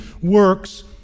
works